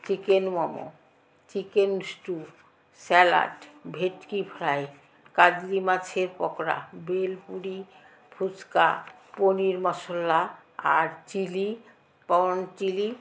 chicken momo chicken stew salad bhetki fry কাজলি মাছের পকোড়া ভেলপুরি ফুচকা পনির মশলা আর চিলি প্রন চিলি